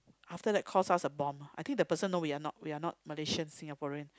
after that cost us a bomb I think the person know we are not we are not Malaysian Singaporean